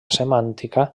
semàntica